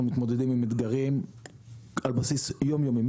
אנחנו מתמודדים עם אתגרים על בסיס יום-יומי